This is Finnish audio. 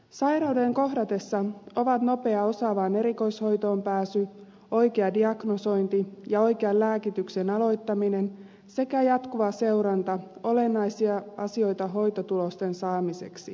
sairauden kohdatessa ovat nopeaan osaavaan erikoishoitoon pääsy oikea diagnosointi ja oikean lääkityksen aloittaminen sekä jatkuva seuranta olennaisia asioita hoitotulosten saamiseksi